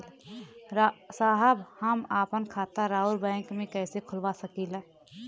साहब हम आपन खाता राउर बैंक में कैसे खोलवा सकीला?